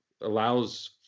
allows